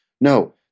no